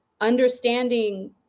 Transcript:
Understanding